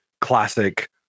classic